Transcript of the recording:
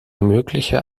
mögliche